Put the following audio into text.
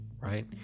right